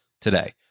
today